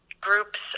groups